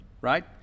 right